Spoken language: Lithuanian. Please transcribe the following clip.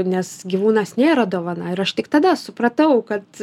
nes gyvūnas nėra dovana ir aš tik tada supratau kad